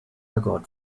got